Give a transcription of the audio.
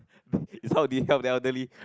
it's how they help the elderly